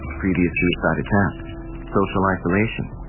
previous suicide attempts, social isolation,